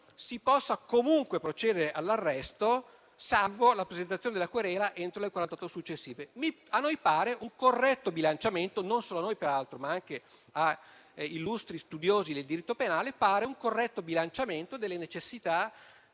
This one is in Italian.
si possa comunque procedere all'arresto, salvo la presentazione della querela entro le quarantott'ore successive. A noi - e non solo a noi peraltro, ma anche ad illustri studiosi di diritto penale - pare un corretto bilanciamento della necessità